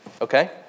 Okay